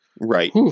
Right